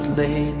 lay